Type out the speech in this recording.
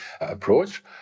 approach